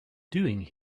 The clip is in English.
doing